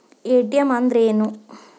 ATM ಅಂದ್ರ ಏನು?